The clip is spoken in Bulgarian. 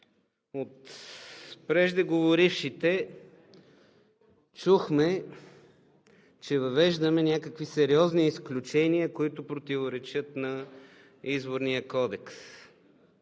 От преждеговорившите чухме, че въвеждаме някакви сериозни изключения, които противоречат на Изборния кодекс